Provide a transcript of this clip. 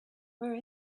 where